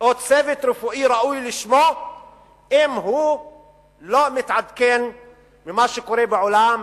או צוות רפואי ראוי לשמו אם הוא לא מתעדכן במה שקורה בעולם,